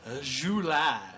July